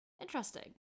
Interesting